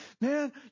man